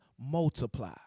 multiply